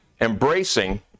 embracing